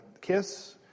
KISS